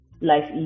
life